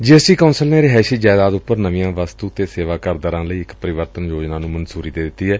ਜੀ S T council ਨੇ ਰਿਹਾਇਸ਼ੀ ਜਾਇਦਾਦ ਉਪਰ ਨਵੀਆਂ ਵਸਤੁ ਅਤੇ ਸੇਵਾ ਕਰ ਦਰਾਂ ਲਈ ਇਕ ਪਰਿਵਰਤ ਯੋਜਨਾ ਨੂੰ ਮਨਜੂਰੀ ਦੇ ਦਿੱਤੀ ਏ